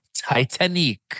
Titanic